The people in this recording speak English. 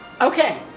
okay